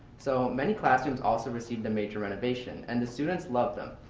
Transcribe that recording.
so many classrooms also received the major renovation and the students love them.